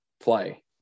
play